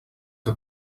que